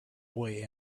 boy